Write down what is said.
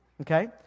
okay